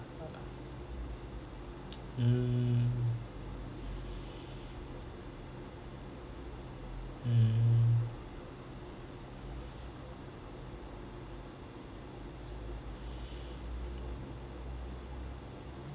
mm mm